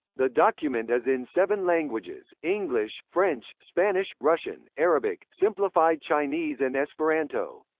the document is in seven languages english, french, spanish, russian, arabic, simplified chinese and esperanto.